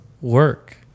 work